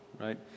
right